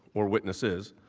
or witnesses,